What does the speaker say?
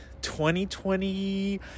2020